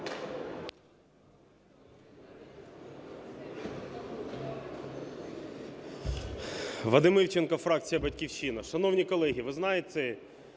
Вадим Івченко, фракція "Батьківщина". Шановні колеги, ви знаєте,